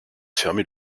fermer